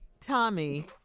Tommy